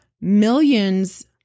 millions